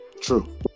true